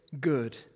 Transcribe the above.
good